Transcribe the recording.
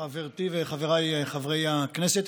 חברתי וחבריי חברי הכנסת,